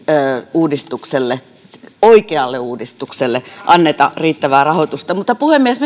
uudistukselle oikealle uudistukselle anneta riittävää rahoitusta puhemies